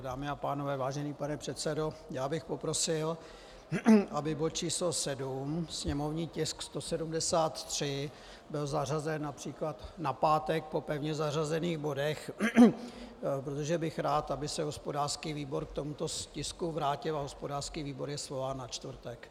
Dámy a pánové, vážený pane předsedo, já bych poprosil, aby bod číslo 7, sněmovní tisk 173, byl zařazen například na pátek po pevně zařazených bodech, protože bych rád, aby se hospodářský výbor k tomuto tisku vrátil, a hospodářský výbor je svolán na čtvrtek.